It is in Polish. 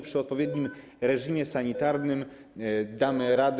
Przy odpowiednim reżimie sanitarnym damy radę.